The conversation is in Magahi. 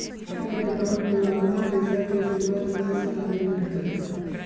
चार्टर्ड अकाउंटेंट के आधुनिक पेशा के शुरुआत उनइ शताब्दी में भेलइ